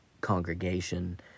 congregation